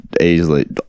easily